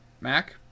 Mac